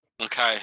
Okay